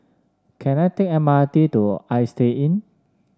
can I take the M R T to Istay Inn